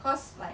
'cause like